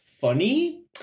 funny